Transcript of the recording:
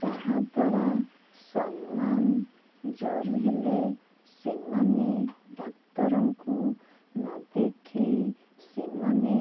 ଯାହାଦ୍ଵାରା ସମାନ ଜ୍ଵର ହେଲେ ସେମାନେ ଡାକ୍ତରଙ୍କୁ ନଦେଖାଇ ସେମାନେ